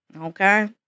Okay